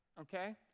okay